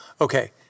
okay